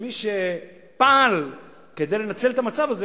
שפעל מי שפעל כדי לנצל את המצב הזה,